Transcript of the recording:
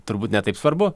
turbūt ne taip svarbu